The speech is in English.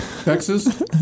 Texas